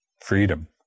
freedom